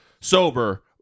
sober